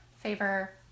favor